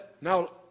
now